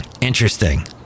Interesting